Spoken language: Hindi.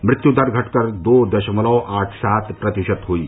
मृत्यु दर घटकर दो दशमलव आठ सात प्रतिशत पर पहुंची